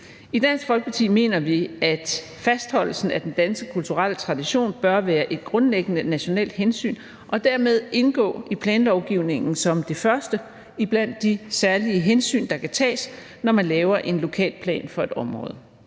I Dansk Folkeparti mener vi, at fastholdelsen af den danske kulturelle tradition bør være et grundlæggende nationalt hensyn og dermed indgå i planlovgivningen som det første blandt de særlige hensyn, der kan tages, når man laver en lokalplan for et område.